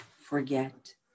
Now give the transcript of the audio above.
forget